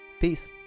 Peace